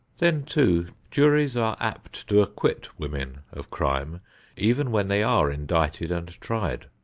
then too, juries are apt to acquit women of crime even when they are indicted and tried.